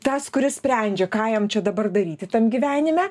tas kuris sprendžia ką jam čia dabar daryti tam gyvenime